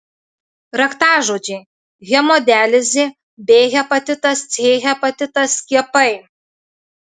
raktažodžiai hemodializė b hepatitas c hepatitas skiepai